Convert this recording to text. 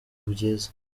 byiza